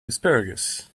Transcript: asparagus